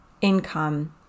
income